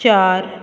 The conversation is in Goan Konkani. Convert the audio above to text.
चार